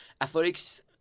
athletics